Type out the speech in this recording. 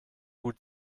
gut